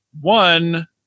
One